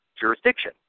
jurisdiction